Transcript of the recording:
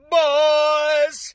boys